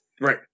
Right